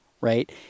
right